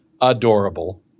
adorable